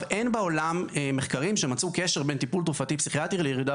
אין בעולם מחקרים שמצאו קשר בין טיפול תרופתי פסיכיאטרי לירידה